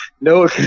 no